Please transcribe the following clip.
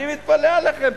אני מתפלא עליכם,